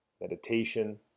meditation